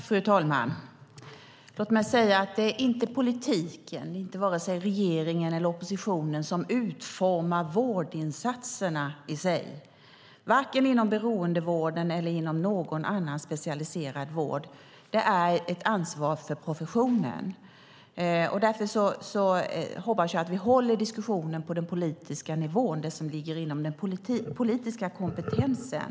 Fru talman! Låt mig säga att det inte är politiken - inte vare sig regeringen eller oppositionen - som utformar vårdinsatserna, varken inom beroendevården eller inom någon annan specialiserad vård. Det är ett ansvar för professionen. Därför hoppas jag att vi håller diskussionen på den politiska nivån, det som ligger inom den politiska kompetensen.